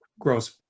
gross